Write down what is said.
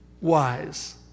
wise